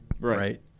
right